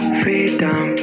freedom